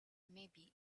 maybe